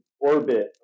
orbit